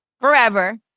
Forever